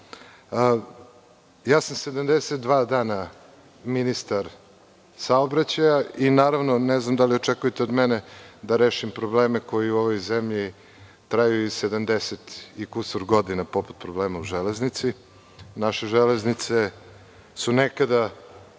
sam 72 dana ministar saobraćaja i, naravno, ne znam da li očekujete od mene da rešim probleme koji u ovoj zemlji traju sedamdeset i kusur godina, poput problema u železnici. Naše železnice su nekada